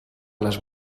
les